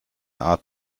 art